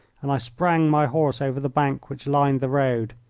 and i sprang my horse over the bank which lined the road.